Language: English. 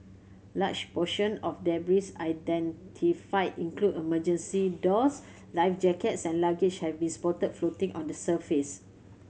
large portion of debris identified include emergency doors life jackets and luggage have been spotted floating on the surface